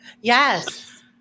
Yes